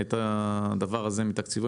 את הדבר הזה מתקציבו.